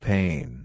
Pain